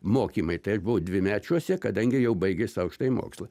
mokymai tai aš buvau dvimečiuose kadangi jau baigęs aukštąjį mokslą